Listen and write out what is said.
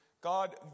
God